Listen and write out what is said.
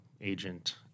agent –